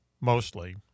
mostly